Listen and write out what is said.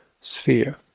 sphere